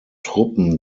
truppen